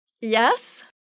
yes